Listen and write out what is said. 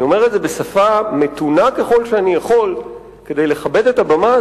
יועבר התיק לתביעה לעיון ולהחלטה בעניין הגשת כתב אישום נגד החשודים.